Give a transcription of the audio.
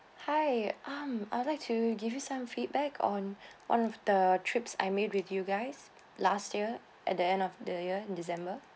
hi um I'd like to give you some feedback on one of the trips I made with you guys last year at the end of the year in december